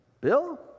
Bill